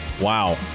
wow